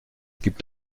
gibt